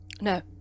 No